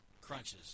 crunches